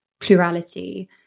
plurality